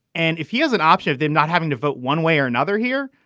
and if he is an option, they're not having to vote one way or another here,